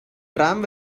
tram